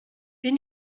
bin